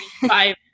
five